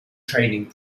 training